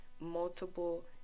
multiple